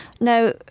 Now